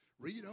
read